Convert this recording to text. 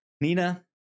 Nina